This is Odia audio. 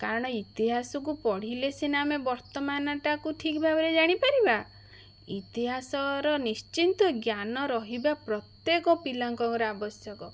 କାରଣ ଇତିହାସକୁ ପଢ଼ିଲେ ସିନା ଆମେ ବର୍ତ୍ତମାନଟାକୁ ଠିକ୍ ଭାବରେ ଜାଣି ପାରିବା ଇତିହାସର ନିଶ୍ଚିତ ଜ୍ଞାନ ରହିବା ପ୍ରତ୍ୟେକ ପିଲାଙ୍କର ଆବଶ୍ୟକ